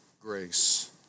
grace